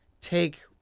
take